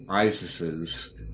Isis's